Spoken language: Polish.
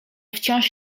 wciąż